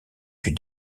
plus